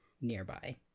nearby